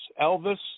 Elvis